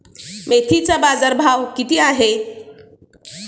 मेथीचा बाजारभाव किती आहे?